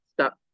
stop